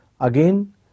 again